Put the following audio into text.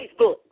Facebook